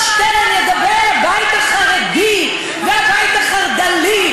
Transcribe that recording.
הכנסת שטרן ידבר על הבית החרדי והבית החרד"לי